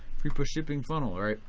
free plus shipping funnel, right?